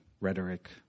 rhetoric